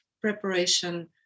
preparation